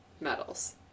medals